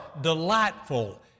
delightful